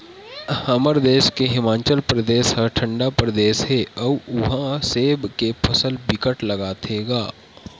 हमर देस के हिमाचल परदेस ह ठंडा परदेस हे अउ उहा सेब के फसल बिकट लगाथे गा